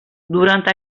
durant